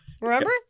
Remember